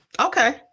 Okay